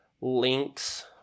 links